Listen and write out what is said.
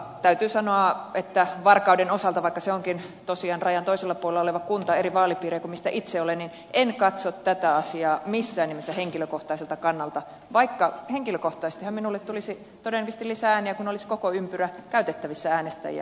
täytyy sanoa varkauden osalta että vaikka se onkin tosiaan rajan toisella puolella oleva kunta eri vaalipiiriä kuin mistä itse olen niin en katso tätä asiaa missään nimessä henkilökohtaiselta kannalta vaikka henkilökohtaisestihan minulle tulisi todennäköisesti lisää ääniä kun olisi koko ympyrä käytettävissä äänestäjiä